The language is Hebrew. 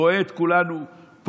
אתה רואה את כולנו פה,